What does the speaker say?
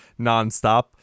nonstop